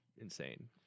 insane